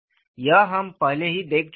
यह हम पहले ही देख चुके थे